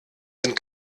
sind